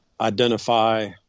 identify